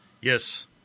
Yes